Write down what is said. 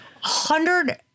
hundred